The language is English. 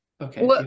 Okay